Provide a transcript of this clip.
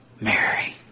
Mary